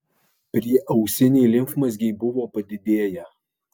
prieausiniai limfmazgiai buvo padidėję